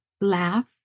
laugh